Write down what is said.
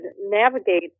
navigate